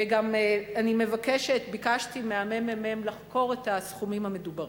ואני גם ביקשתי מהממ"מ לחקור את הסכומים המדוברים,